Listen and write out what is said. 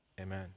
amen